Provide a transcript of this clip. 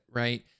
right